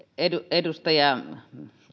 edustaja